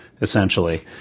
essentially